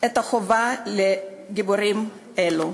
את חובה לגיבורים האלה.